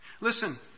Listen